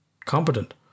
competent